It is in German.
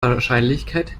wahrscheinlichkeit